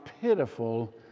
pitiful